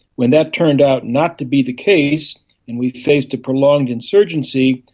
when that turned out not to be the case and we faced a prolonged insurgency,